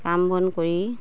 কাম বন কৰি